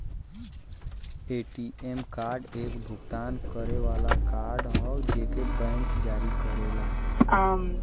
ATM card एक भुगतान करे वाला कार्ड हौ जेके बैंक जारी करेला